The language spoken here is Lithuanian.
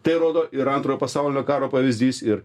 tai rodo ir antrojo pasaulinio karo pavyzdys ir